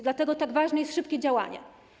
Dlatego tak ważne jest szybkie działanie.